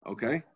Okay